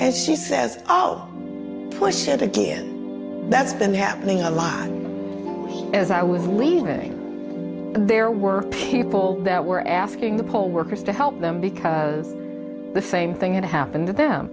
as she says oh i said again that's been happening i live as i was leaving there were people that were asking the poll workers to help them because the same thing happened to